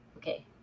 Okay